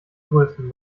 größten